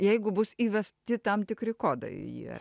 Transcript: jeigu bus įvesti tam tikri kodai į jį